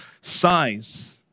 size